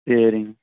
சரிங்க